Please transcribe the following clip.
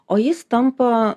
o jis tampa